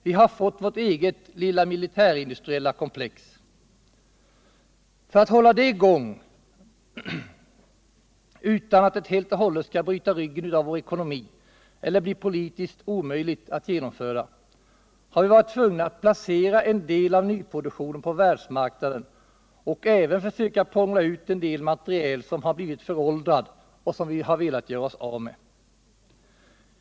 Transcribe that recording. Vi har fått vårt eget lilla militärindustriella komplex. För att hålla det i gång utan att det helt och hållet skulle bryta ryggen av vår ekonomi eller bli politiskt omöjligt att genomföra har vi varit tvungna att placera en del av nyproduktionen på världsmarknaden och även försöka prångla ut en del materiel som har blivit föråldrad och som vi velat göra oss av med.